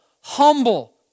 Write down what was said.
humble